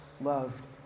loved